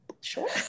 Sure